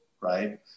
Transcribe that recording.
right